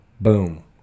Boom